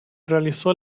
realizó